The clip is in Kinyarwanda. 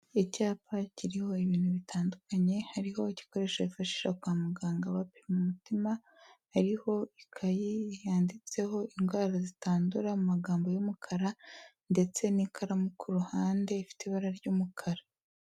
Icyapa kiriho ibintu bitandukanye. Hariho igikoresho bifashisha kwa muganga bapima umutima, hariho ikayi yanditseho indwara zitandura, mu magambo y'umukara, ndetse n'ikaramu ku ruhande, ifite ibara ry'umukara.